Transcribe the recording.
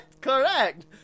Correct